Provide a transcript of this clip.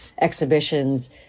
exhibitions